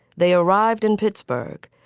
they arrived in pittsburgh,